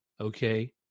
Okay